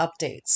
updates